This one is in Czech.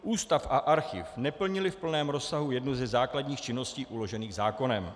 Ústav a archiv neplnily v plném rozsahu jednu ze základních činností uložených zákonem.